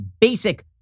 basic